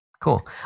cool